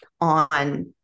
on